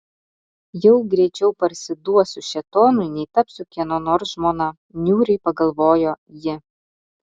jau greičiau parsiduosiu šėtonui nei tapsiu kieno nors žmona niūriai pagalvojo ji